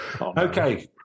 Okay